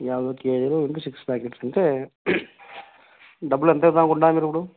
యాభై కేజీలు ఇంకా సిక్స్ ప్యాకెట్స్ అంటే డబ్బులు ఎంత ఉండాలి ఇప్పుడు